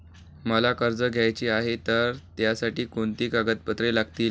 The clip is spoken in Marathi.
मला कर्ज घ्यायचे आहे तर त्यासाठी कोणती कागदपत्रे लागतील?